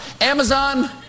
Amazon